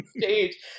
stage